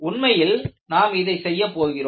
உண்மையில் நாம் இதை செய்ய போகிறோம்